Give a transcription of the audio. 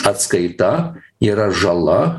atskaita yra žala